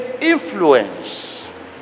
influence